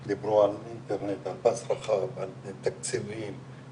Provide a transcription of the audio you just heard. אינטרנט, פס רחב, תקציבים,